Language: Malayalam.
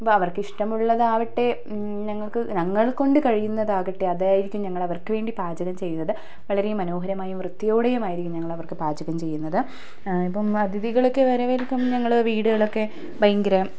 അപ്പോൾ അവർക്കിഷ്ട്ടമുള്ളതാവട്ടെ ഞങ്ങൾക്ക് ഞങ്ങളെക്കൊണ്ട് കഴിയുന്നതാക്കട്ടെ അതായിരിക്കും ഞങ്ങളവർക്കുവേണ്ടി പാചകം ചെയ്യുന്നത് വളരെ മനോഹരമായും വൃത്തിയോടെയും ആയിരിക്കും ഞങ്ങളവർക്ക് പാചകം ചെയ്യുന്നത് ഇപ്പം അതിഥികളൊക്കെ വരവേൽക്കാൻ ഞങ്ങൾ വീടുകളൊക്കെ ഭയങ്കര